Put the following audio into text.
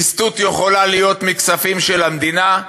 ליסטות יכולה להיות מכספים של המדינה,